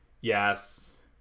Yes